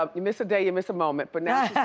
um you miss a day, you miss a moment, but now yeah